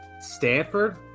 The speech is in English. Stanford